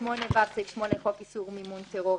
1948‏; (ו)סעיף 8 לחוק איסור מימון טרור,